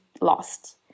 lost